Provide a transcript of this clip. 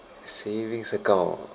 savings account